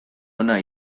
ona